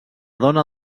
dona